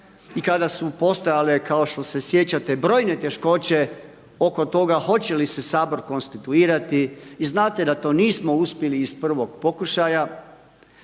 i kada su postojale kao što se sjećate brojne teškoće oko toga hoće li se Sabor konstituirati i znate da to nismo uspjeli iz prvog pokušaja